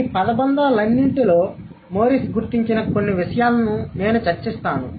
ఈ పదబంధాలన్నింటిలో మోరిస్ గుర్తించిన కొన్ని విషయాలను నేను చర్చిస్తాను